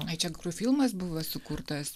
ai čia kur filmas buvo sukurtas